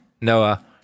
Noah